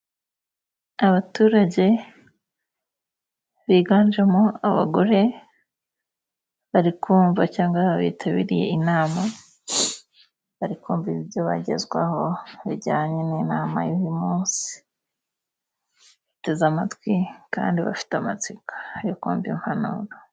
Abaturage biganjemo abagore bari kumva cyangwa ari abitabiriye inama bari kumva ibyo bagezwaho bijyanye n'inama yuyu munsi, bateze amatwi kandi bafite amatsiko yo kumva impanuro.